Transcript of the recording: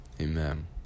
Amen